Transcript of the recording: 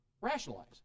rationalize